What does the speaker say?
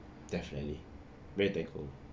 definitely very thankful